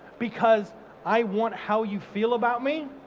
because i want how you feel about me